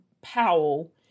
Powell